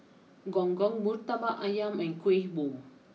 Gong Gong Murtabak Ayam and Kueh Bom